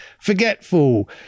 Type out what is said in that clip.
forgetful